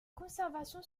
conservation